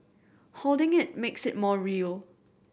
holding it makes it more real